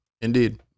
Indeed